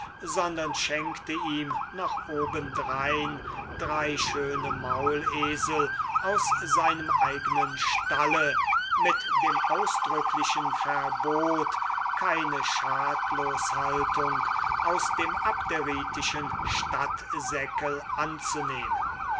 sondern schenkte ihm noch obendrein drei schöne maulesel aus seinem eignen stalle mit dem ausdrücklichen verbot keine schadloshaltung aus dem abderitischen aerario anzunehmen